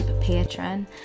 patron